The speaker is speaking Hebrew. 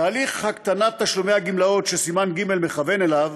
תהליך הקטנת תשלומי הגמלאות שסימן ג' מכוון אליו,